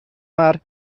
mar